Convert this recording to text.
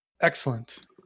Excellent